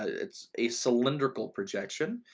it's a cylindrical projection.